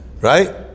Right